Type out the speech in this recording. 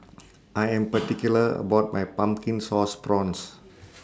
I Am particular about My Pumpkin Sauce Prawns